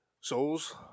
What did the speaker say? Souls